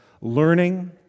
learning